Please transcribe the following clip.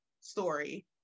story